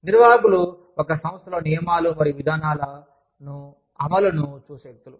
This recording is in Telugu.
నిర్వాహకులు ఒక సంస్థలో నియమాలు మరియు విధానాల అమలును చూసే వ్యక్తులు